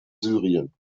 syrien